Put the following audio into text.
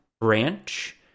Branch